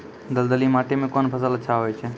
दलदली माटी म कोन फसल अच्छा होय छै?